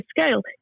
scale